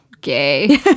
gay